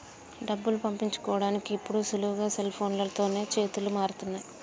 డబ్బులు పంపించుకోడానికి ఇప్పుడు సులువుగా సెల్ఫోన్లతోనే చేతులు మారుతున్నయ్